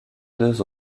deux